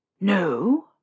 No